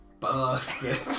bastard